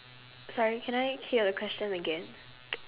sorry can I hear the question again